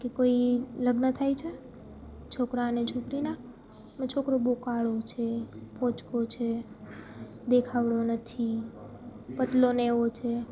કે કોઈ લગ્ન થાય છે છોકરા અને છોકરીના અને છોકરો બહુ કાળો છે પોચકો છે દેખાવડો નથી પતલો ને એવો છે